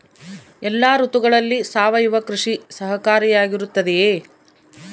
ಎಲ್ಲ ಋತುಗಳಲ್ಲಿ ಸಾವಯವ ಕೃಷಿ ಸಹಕಾರಿಯಾಗಿರುತ್ತದೆಯೇ?